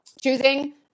choosing